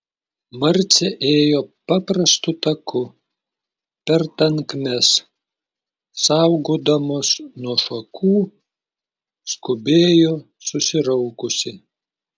marcė ėjo paprastu taku per tankmes saugodamos nuo šakų skubėjo susiraukusi